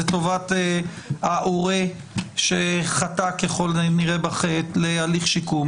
לטובת ההורה שחטא ככל הנראה בחטא להליך שיקום.